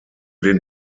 den